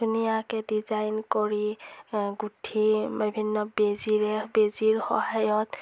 ধুনীয়াকৈ ডিজাইন কৰি গুঠি বিভিন্ন বেজিৰে বেজিৰ সহায়ত